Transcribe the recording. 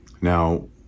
now